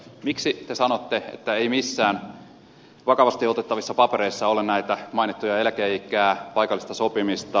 miksi te sanotte että ei missään vakavasti otettavassa paperissa ole näitä mainittuja eläkeikää ja paikallista sopimista